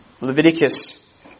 Leviticus